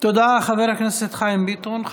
תודה, חבר הכנסת חיים ביטון.